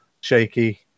Shaky